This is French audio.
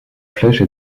flèche